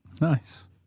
Nice